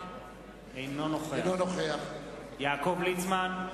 אינו נוכח יעקב ליצמן,